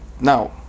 Now